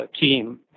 team